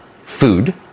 food